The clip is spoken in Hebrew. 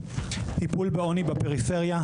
טיפול בעוני בפריפריה,